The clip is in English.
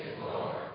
Lord